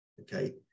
Okay